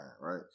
right